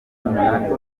n’umunani